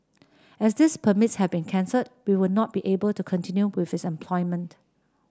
as these permits have been cancelled we would not be able to continue with his employment